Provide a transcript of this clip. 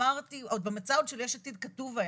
אמרתי עוד במצע עוד של יש עתיד כתוב היה